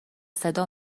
صدا